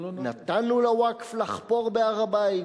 נתנו לווקף לחפור בהר-הבית,